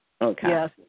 Yes